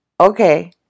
okay